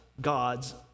God's